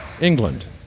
England